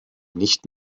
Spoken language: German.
nicht